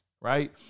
right